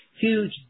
huge